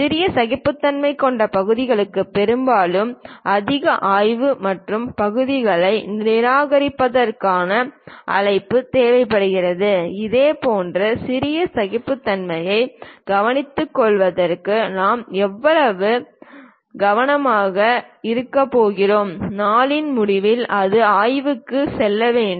சிறிய சகிப்புத்தன்மை கொண்ட பகுதிகளுக்கு பெரும்பாலும் அதிக ஆய்வு மற்றும் பகுதிகளை நிராகரிப்பதற்கான அழைப்பு தேவைப்படுகிறது இதுபோன்ற சிறிய சகிப்புத்தன்மையை கவனித்துக்கொள்வதற்கு நாம் எவ்வளவு கவனமாக இருக்கப் போகிறோம் நாளின் முடிவில் அது ஆய்வுக்கு செல்ல வேண்டும்